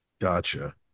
Gotcha